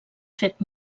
fet